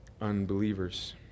unbelievers